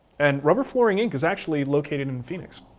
and rubber flooring inc. is actually located in phoenix